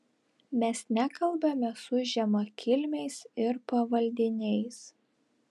mes nekalbame su žemakilmiais ir pavaldiniais